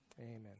Amen